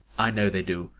i know they do,